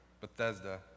Bethesda